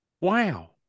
Wow